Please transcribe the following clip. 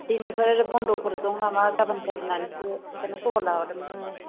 दिनैबो बन्द'फोर दं नामा गाबोनफोर होननानैसो बेखौनो खबर लाहरदोंमोन जोङो